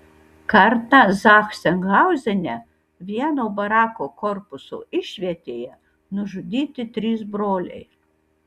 kartą zachsenhauzene vieno barako korpuso išvietėje nužudyti trys broliai